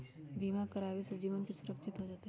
बीमा करावे से जीवन के सुरक्षित हो जतई?